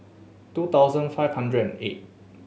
two thousand five hundred and eight